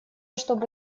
чтобы